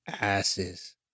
asses